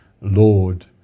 Lord